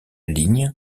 ligne